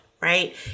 right